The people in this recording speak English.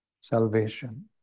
salvation